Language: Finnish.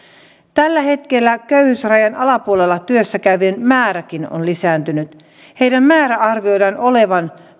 tällä hetkellä köyhyysrajan alapuolella työssä käyvien määräkin on lisääntynyt heidän määränsä arvioidaan olevan